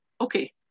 okay